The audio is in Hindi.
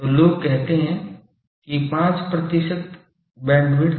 तो लोग कहते हैं कि 5 प्रतिशत बैंडविड्थ